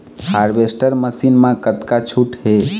Harvester machine मा कतका छूट हे?